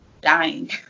dying